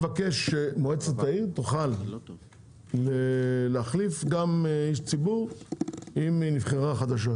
מבקש שמועצת העיר תוכל להחליף גם איש ציבור אם נבחרה חדשה.